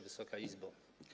Wysoka Izbo!